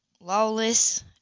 lawless